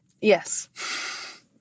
yes